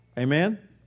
amen